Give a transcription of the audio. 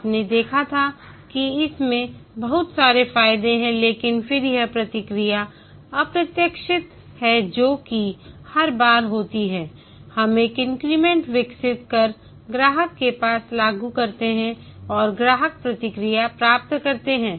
आपने देखा था कि इस मे बहुत सारे फायदे हैं लेकिन फिर यह प्रक्रिया अप्रत्याशित है जो कि हर बार होती है हम एक इंक्रीमेंट विकसित कर ग्राहक के पास लागू करते हैं और ग्राहक प्रतिक्रिया प्राप्त करते हैं